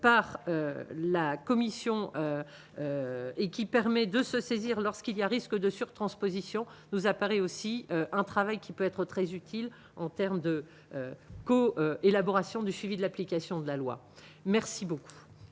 par la commission et qui permet de se saisir lorsqu'il y a risque de surtransposition nous apparaît aussi un travail qui peut être très utile en terme de co-élaboration du suivi de l'application de la loi, merci beaucoup.